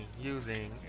using